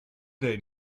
they